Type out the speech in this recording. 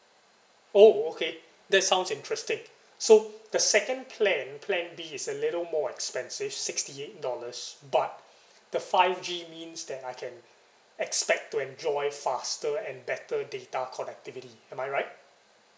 oh okay that sounds interesting so the second plan plan B is a little more expensive sixty eight dollars but the five G means that I can expect to enjoy faster and better data connectivity am I right